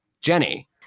Jenny